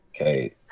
okay